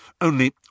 Only